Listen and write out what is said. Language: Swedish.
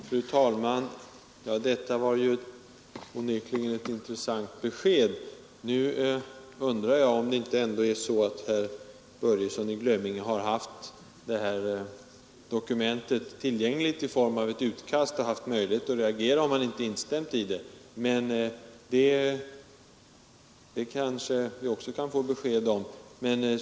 Fru talman! Detta var onekligen ett intressant besked. Nu undrar jag om det inte ändå är så, att herr Börjesson i Glömminge har haft det här dokumentet tillgängligt i form av ett utkast och haft möjlighet att reagera, om han inte instämt i det. Det kanske vi också kan få besked om.